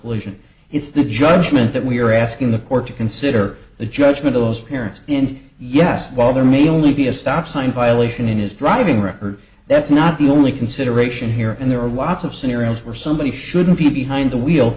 collision it's the judgment that we are asking the court to consider the judgment of those parents and yes while there may only be a stop sign violation in his driving record that's not the only consideration here and there are lots of scenarios where somebody shouldn't be behind the wheel